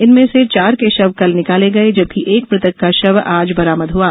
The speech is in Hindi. इनमें से चार के शव कल निकाले गए जबकि एक मृतक का शव आज बरामद हुआ